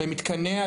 במתקניה,